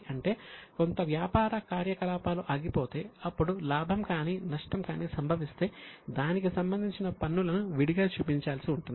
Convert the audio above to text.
అంటే కొంత వ్యాపార కార్యకలాపాలు ఆగిపోతే అప్పుడు లాభం కానీ నష్టం కానీ సంభవిస్తే దానికి సంబంధించిన పన్నులను విడిగా చూపించాల్సి ఉంటుంది